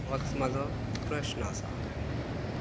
होच म्हाजो प्रस्न आसा